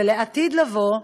ולעתיד לבוא,